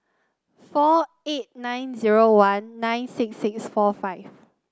four eight nine zero one nine six six four five